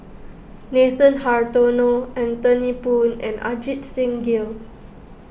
Nathan Hartono Anthony Poon and Ajit Singh Gill